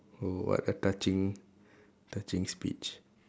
oh what a touching touching speech